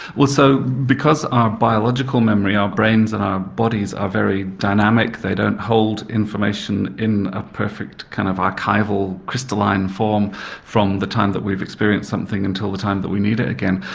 so because our biological memory, our brains and our bodies are very dynamic they don't hold information in a perfect kind of archival crystalline form from the time that we've experienced something until the time that we need it again.